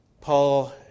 Paul